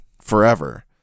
Forever